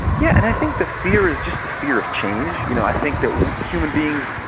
yeah and i think the fear is just the fear of change. you know, i think that human beings,